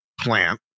plant